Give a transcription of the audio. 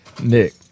Nick